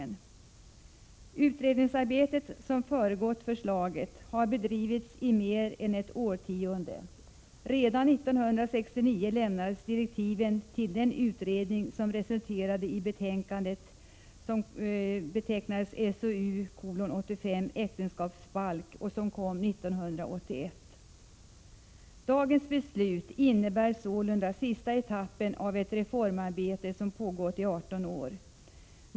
Det utredningsarbete som föregått förslaget har bedrivits i mer än ett årtionde. Redan 1969 lämnades direktiven till den utredning som resulterade i betänkandet SOU:1981:85 ”Äktenskapsbalk”, vilket alltså kom 1981. Dagens beslut innebär sålunda sista etappen av ett reformarbete som pågått i 18 år.